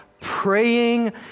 praying